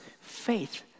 faith